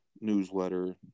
newsletter